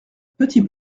petit